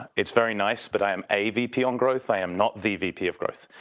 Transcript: it's very nice, but i am a vp on growth, i am not the vp of growth.